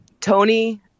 Tony